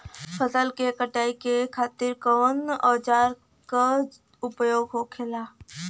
फसल की कटाई के लिए कवने औजार को उपयोग हो खेला?